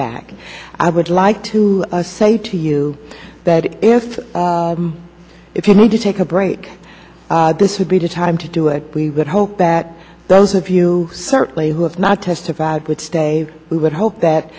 back i would like to say to you that if if you need to take a break this would be the time to do it we would hope that those of you certainly who have not testified which day we would hope that